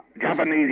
Japanese